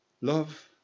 Love